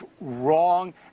wrong